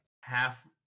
half